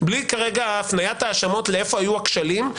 בלי כרגע הפניית האשמות איפה היו הכשלים,